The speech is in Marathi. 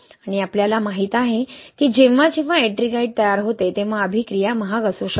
आणि आपल्याला माहित आहे की जेव्हा जेव्हा एट्रिंगाइट तयार होते तेव्हा अभिक्रिया महाग असू शकते